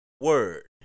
word